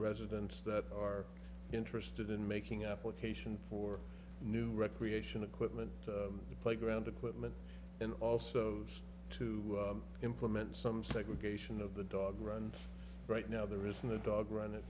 residents that are interested in making application for new recreation equipment the playground equipment and also to implement some segregation of the dog run right now there isn't a dog run